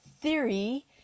theory